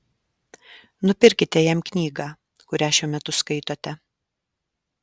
nupirkite jam knygą kurią šiuo metu skaitote